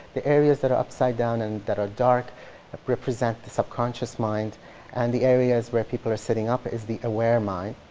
the areas that are upside down and that are dark represent the subconscious mind and the areas where people are sitting up is the aware mind.